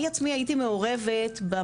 אני עצמי הייתי מעורבת בבדיקות השיער.